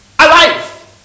alive